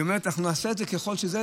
היא אומרת: אנחנו נעשה את זה ככול שזה,